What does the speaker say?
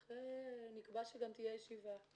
נקבע שגם תהיה ישיבה.